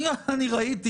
ראיתי.